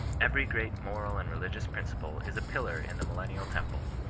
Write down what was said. every great mofal and religious principle is a pillar in the millennial temple.